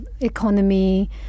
economy